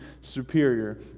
superior